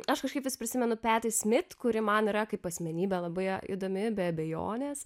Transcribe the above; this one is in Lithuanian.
aš kažkaip vis prisimenu peti smit kuri man yra kaip asmenybė labai įdomi be abejonės